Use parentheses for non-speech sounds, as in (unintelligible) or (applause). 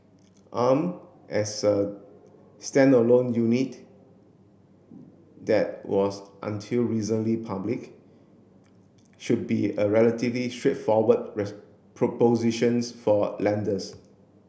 arm as a standalone unit that was until recently public should be a relatively straightforward (unintelligible) propositions for lenders